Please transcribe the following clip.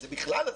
זה בכלל הזוי.